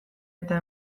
eta